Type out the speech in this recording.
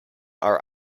are